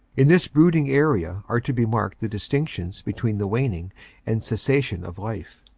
in this brooding area are to be marked the distinctions between the waning and cessation of life.